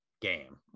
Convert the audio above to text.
game